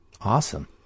Awesome